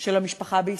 של המשפחה בישראל.